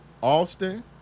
Austin